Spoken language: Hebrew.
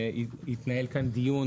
התנהל כאן דיון,